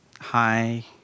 hi